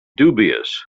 dubious